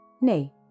nay